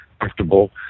comfortable